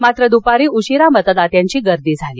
मात्र दुपारी उशिरा मतदात्यांची गर्दी झाली